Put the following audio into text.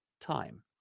time